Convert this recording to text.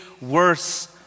worse